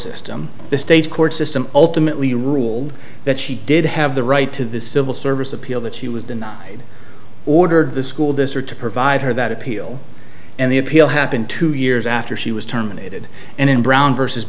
system the state's court system ultimately ruled that she did have the right to the civil service appeal that she was denied ordered the school district to provide her that appeal and the appeal happened two years after she was terminated and in brown versus